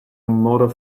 motor